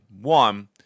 One